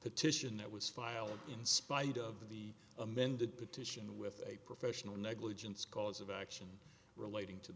petition that was filed in spite of the amended petition with a professional negligence cause of action relating to